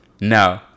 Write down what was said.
No